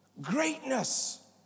greatness